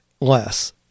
less